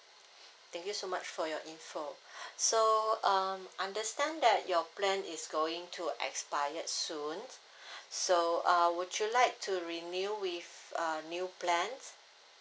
thank you so much for your info so um understand that your plan is going to expired soon so uh would you like to renew with uh new plans